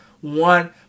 one